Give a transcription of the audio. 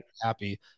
happy